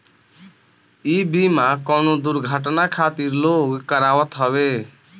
इ बीमा कवनो दुर्घटना खातिर लोग करावत हवे